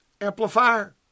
Amplifier